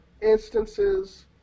instances